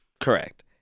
Correct